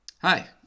Hi